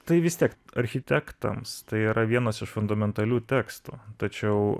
tai vis tiek architektams tai yra vienas iš fundamentalių tekstų tačiau